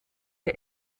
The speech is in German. der